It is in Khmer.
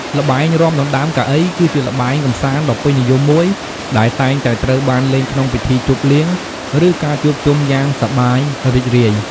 ល្បែងរាំដណ្តើមកៅអី គឺជាល្បែងកម្សាន្តដ៏ពេញនិយមមួយ ដែលតែងតែត្រូវបានលេងក្នុងពិធីជប់លៀង ឬការជួបជុំយ៉ាងសប្បាយរីករាយ។